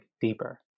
deeper